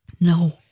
No